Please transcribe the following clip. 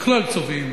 בכלל צובאים.